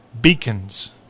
Beacons